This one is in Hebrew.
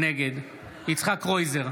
נגד יצחק קרויזר,